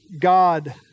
God